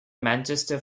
manchester